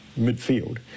midfield